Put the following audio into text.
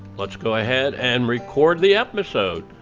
let's go ahead and record the episode.